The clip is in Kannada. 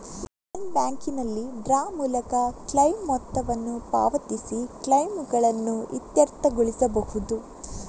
ಇಂಡಿಯನ್ ಬ್ಯಾಂಕಿನಲ್ಲಿ ಡ್ರಾ ಮೂಲಕ ಕ್ಲೈಮ್ ಮೊತ್ತವನ್ನು ಪಾವತಿಸಿ ಕ್ಲೈಮುಗಳನ್ನು ಇತ್ಯರ್ಥಗೊಳಿಸಬಹುದು